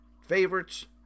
favorites